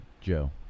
Joe